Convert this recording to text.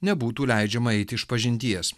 nebūtų leidžiama eiti išpažinties